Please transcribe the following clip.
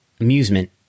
amusement